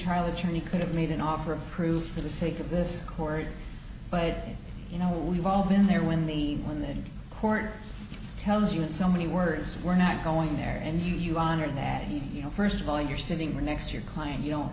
trial attorney could have made an offer of proof for the sake of this court but you know we've all been there when the when the court tells you in so many words we're not going there and you honored that you you know first of all you're sitting right next to your client you don't